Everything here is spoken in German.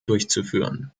durchzuführen